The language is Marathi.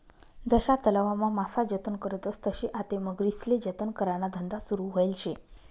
जशा तलावमा मासा जतन करतस तशी आते मगरीस्ले जतन कराना धंदा सुरू व्हयेल शे